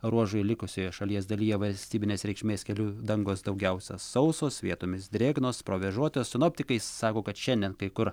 ruožai likusioje šalies dalyje valstybinės reikšmės kelių dangos daugiausia sausos vietomis drėgnos provėžuotos sinoptikai sako kad šiandien kai kur